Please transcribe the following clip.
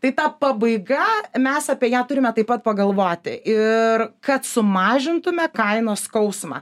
tai ta pabaiga mes apie ją turime taip pat pagalvoti ir kad sumažintume kainos skausmą